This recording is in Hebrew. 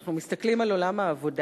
כשאנחנו מסתכלים על עולם העבודה,